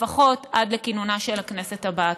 לפחות עד לכינונה של הכנסת הבאה.